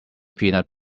peanut